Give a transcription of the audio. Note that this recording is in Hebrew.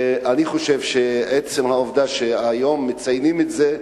אני חושב שעצם העובדה שהיום מציינים את זה,